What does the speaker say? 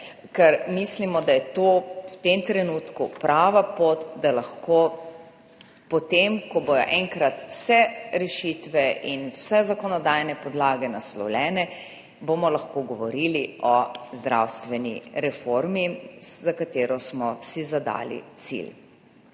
ker mislimo, da je to v tem trenutku prava pot, da bomo lahko, potem ko bodo enkrat vse rešitve in vse zakonodajne podlage naslovljene, govorili o zdravstveni reformi, ki smo si jo zadali za cilj.